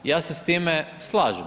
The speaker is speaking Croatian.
Ja se s time slažem.